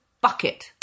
bucket